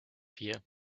vier